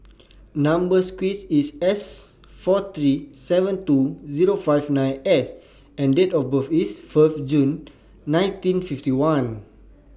Number sequence IS S four three seven two Zero five nine S and Date of birth IS Fourth June nineteen fifty one